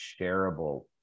shareable